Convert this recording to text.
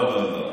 לא, לא.